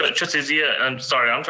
ah trustee zia, i'm sorry. um